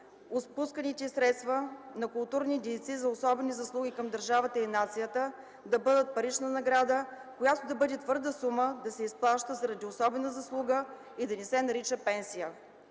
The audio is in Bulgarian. отпусканите средства на културни дейци за особени заслуги към държавата и нацията да бъдат: парична награда, която да бъде твърда сума, да се изплаща заради особена заслуга и да не се нарича пенсия.